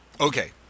Okay